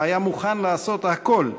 והיה מוכן לעשת הכול,